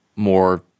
more